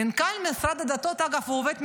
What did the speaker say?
מנכ"ל משרד הדתות, אגב, הוא עובד מדינה,